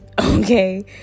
okay